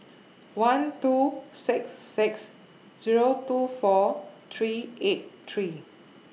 one two six six Zero two four three eight three